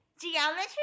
Geometry